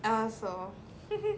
ah for